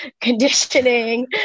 conditioning